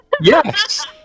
yes